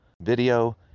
video